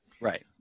Right